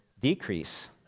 decrease